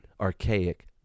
archaic